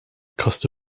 costa